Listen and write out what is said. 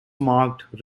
marked